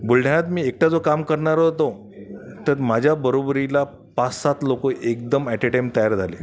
बुलढाण्यात मी एकटा जो काम करणारा होतो त्यात माझ्या बरोबरीला पाचसात लोक एकदम ॲट अ टाईम तयार झाले